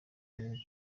karere